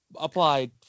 applied